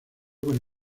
con